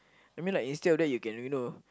I mean like instead of that you can you know